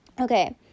Okay